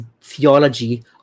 theology